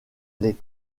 les